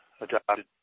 adopted